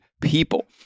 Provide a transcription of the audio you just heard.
people